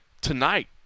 tonight